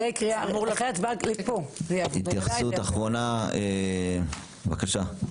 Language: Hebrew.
התייחסות אחרונה, בבקשה.